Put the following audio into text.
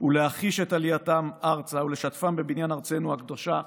ולהחיש את עלייתם ארצה ולשתפם בבניין ארצנו הקדושה.